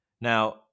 Now